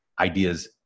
ideas